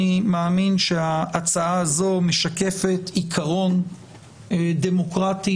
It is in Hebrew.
אני מאמין שההצעה הזו משקפת עיקרון דמוקרטי